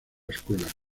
escuela